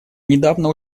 недавно